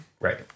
Right